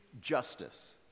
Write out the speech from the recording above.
justice